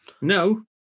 No